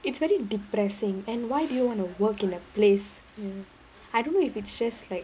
it's very depressing and why do you want to work in a place ya I don't know if it's just like